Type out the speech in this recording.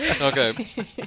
Okay